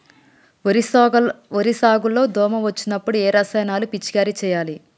వరి సాగు లో దోమ వచ్చినప్పుడు ఏ రసాయనాలు పిచికారీ చేయాలి?